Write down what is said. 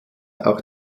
auch